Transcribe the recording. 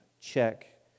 Check